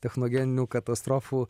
technogeninių katastrofų